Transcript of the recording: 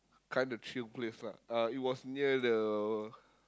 kind of chill place lah uh it was near the